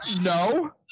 No